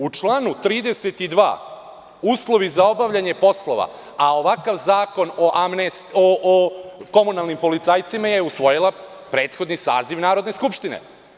U članu 32. uslovi za obavljanje poslova, a ovakav Zakon o komunalnim policajcima je usvojio prethodni saziv Narodne skupštine.